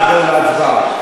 נעבור להצבעה.